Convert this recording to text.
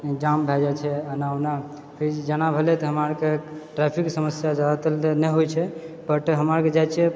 जाम भए जाय छै एना ओना से जेना भेलै तहिना कऽ ट्रैफिकके समस्या जादातर नहि होइत छै कियै तऽ हमरा आरके छियै जाइत